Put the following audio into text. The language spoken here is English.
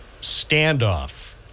standoff